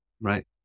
right